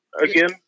again